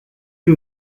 que